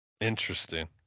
Interesting